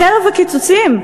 "חרב הקיצוצים",